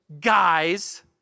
guys